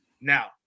Now